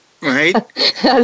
Right